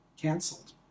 canceled